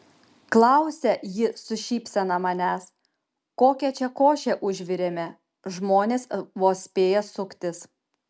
klausia ji su šypsena manęs kokią čia košę užvirėme žmonės vos spėja suktis